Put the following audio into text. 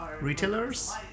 retailers